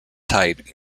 height